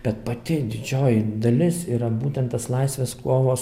bet pati didžioji dalis yra būtent tas laisvės kovos